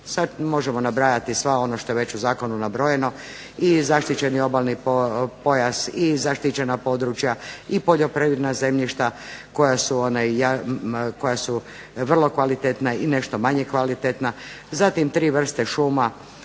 Sada možemo nabrajati sve što je u zakonu nabrojeno i zaštićeni obalni pojas i zaštićena područja i poljoprivredna zemljišta koja su vrlo kvalitetna i nešto manje kvalitetna, zatim tri vrste šuma